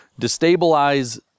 destabilize